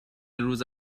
روز